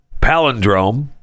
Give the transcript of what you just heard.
palindrome